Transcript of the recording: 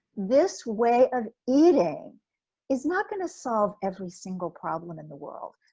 this way of eating is not gonna solve every single problem in the world,